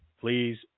Please